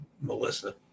Melissa